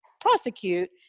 prosecute